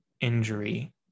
injury